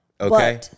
Okay